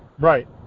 Right